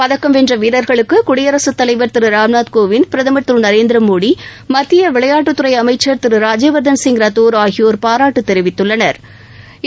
பதக்கம் வென்ற வீரர்களுக்கு குடியரசுத் தலைவர் திரு ராம்நாத் கோவிந்த் பிரதமர் திரு நரேந்திர மோடி மத்திய விளையாட்டுத்துறை அமைச்சா் திரு ராஜ்யவர்தன் சிங் ரத்தோா் ஆகியோர் பாராட்டு தெரிவித்துள்ளனா்